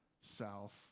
South